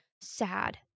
sad